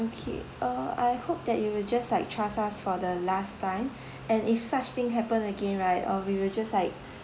okay uh I hope that you will just like trust us for the last time and if such thing happen again right uh we will just like